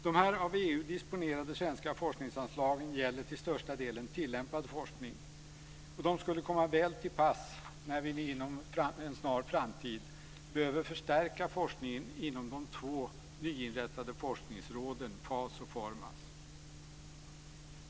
De här av EU disponerade svenska forskningsanslagen gäller till största delen tillämpad forskning. De skulle komma väl till pass när vi inom en snar framtid behöver förstärka forskningen inom de två nyinrättade forskningsråden FAS och Formas.